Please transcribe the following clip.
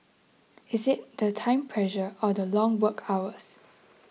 is it the time pressure or the long work hours